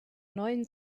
neuen